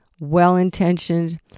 well-intentioned